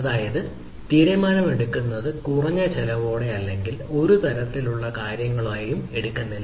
അതായത് തീരുമാനമെടുക്കുന്നതിന് കുറഞ്ഞ ചിലവോടെ അല്ലെങ്കിൽ ഒരു തരത്തിലുള്ള കാര്യങ്ങളൊന്നും എടുക്കുന്നില്ല